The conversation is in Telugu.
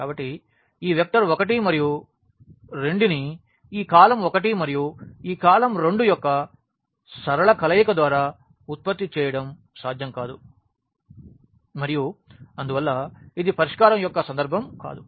కాబట్టి ఈ వెక్టర్ 1 మరియు 2 ని ఈ కాలమ్ 1 మరియు ఈ కాలమ్ 2 యొక్క సరళ కలయిక ద్వారా ఉత్పత్తి చేయడం సాధ్యం కాదు మరియు అందువల్ల ఇది పరిష్కారం యొక్క సందర్భం కాదు